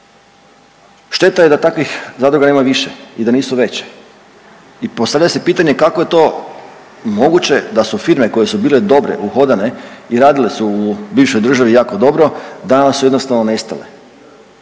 Šteta je da takvih zadruga nema više i da nisu veće. I postavlja se pitanje kako je to moguće da su firme koje su bile dobre, uhodane i radile su u bivšoj državi jako dobro, danas su jednostavno nestale.